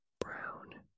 brown